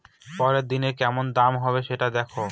পরের দিনের কেমন দাম হবে, সেটা দেখে